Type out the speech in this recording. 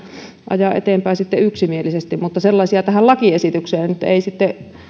ajaa eteenpäin sitten yksimielisesti mutta sellaisia tähän lakiesitykseen nyt ei sitten